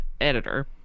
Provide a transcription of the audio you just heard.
editor